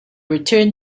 returned